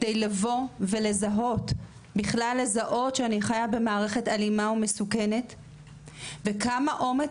כדי לבוא ולזהות שבכלל לזהות שאני חיה במערכת אלימה ומסוכנת וכמה אומץ